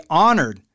honored